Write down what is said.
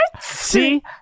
See